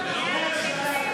נו.